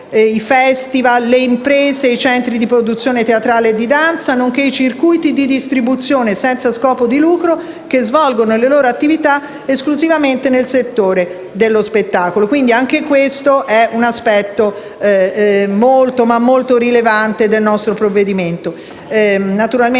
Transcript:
*festival*, delle imprese e dei centri di produzione teatrale e di danza, nonché dei circuiti di distribuzione senza scopo di lucro che svolgono le loro attività esclusivamente nel settore dello spettacolo. Anche questo, quindi, è un aspetto molto rilevante del nostro provvedimento.